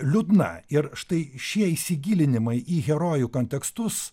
liūdna ir štai šie įsigilinimai į herojų kontekstus